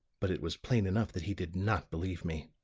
but it was plain enough that he did not believe me.